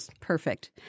perfect